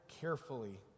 carefully